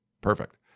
Perfect